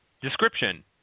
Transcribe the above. Description